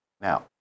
Now